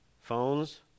phones